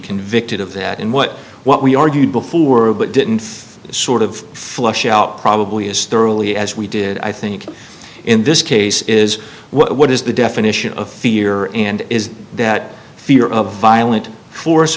convicted of that in what what we argued before but didn't sort of flush out probably as thoroughly as we did i think in this case is what is the definition of fear and is that fear of violent force